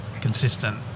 consistent